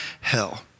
hell